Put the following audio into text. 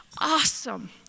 awesome